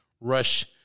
rush